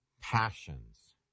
passions